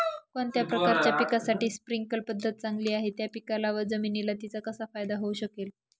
कोणत्या प्रकारच्या पिकासाठी स्प्रिंकल पद्धत चांगली आहे? त्या पिकाला व जमिनीला तिचा कसा फायदा होऊ शकेल?